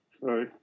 Sorry